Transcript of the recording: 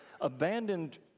abandoned